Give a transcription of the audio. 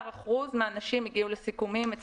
13% מן האנשים הגיעו לסיכומים.